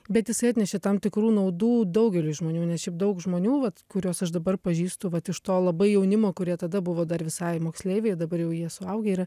bet jisai atnešė tam tikrų naudų daugeliui žmonių ne šiaip daug žmonių vat kuriuos aš dabar pažįstu vat iš to labai jaunimo kurie tada buvo dar visai moksleiviai dabar jau jie suaugę yra